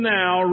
now